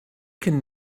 can